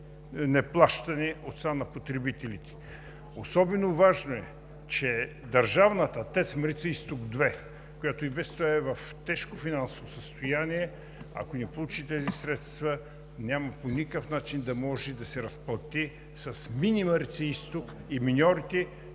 неплащане от страна на потребителите. Особено важно е, че държавната „ТЕЦ Марица изток 2“, която и без това е в тежко финансово състояние, ако не получи тези средства, няма по никакъв начин да може да се разплати с мини „Марица изток“ и миньорите,